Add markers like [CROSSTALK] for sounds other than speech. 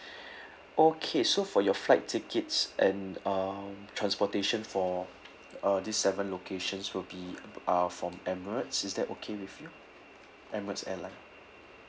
[BREATH] okay so for your flight tickets and uh transportation for uh this seven locations will be uh from emirates is that okay with you emirates airline